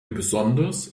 besonders